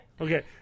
Okay